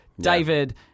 David